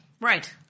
Right